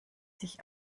sich